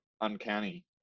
uncanny